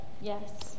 Yes